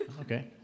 Okay